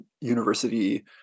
university